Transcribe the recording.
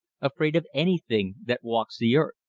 afraid of anything that walks the earth.